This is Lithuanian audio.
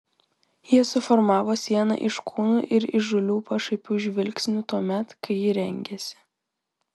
jie suformavo sieną iš kūnų ir įžūlių pašaipių žvilgsnių tuomet kai ji rengėsi